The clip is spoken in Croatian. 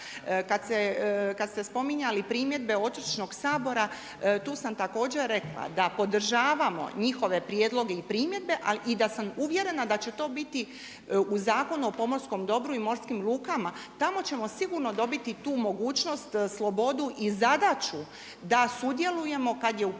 Kada ste spominjali primjedbe Otočnog sabora tu sam također rekla da podržavamo njihove prijedloge i primjedbe ali i da sam uvjerena da će to biti u Zakonu o pomorskom dobru i morskim lukama. Tamo ćemo sigurno dobiti tu mogućnost, slobodu i zadaću da sudjelujemo kada je u